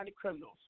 criminals